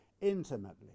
intimately